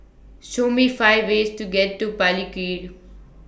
Show Me five ways to get to Palikir